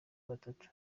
batatu